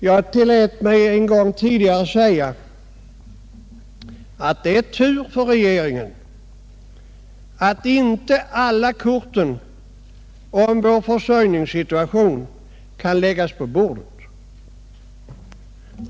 Jag tillät mig en gång tidigare att säga att det är tur för regeringen att inte alla korten om vär försörjningssituation kan läggas på bordet.